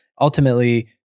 ultimately